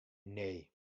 nee